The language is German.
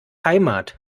heimat